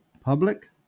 Public